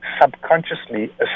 subconsciously